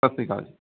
ਸਤਿ ਸ਼੍ਰੀ ਅਕਾਲ ਜੀ